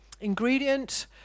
ingredient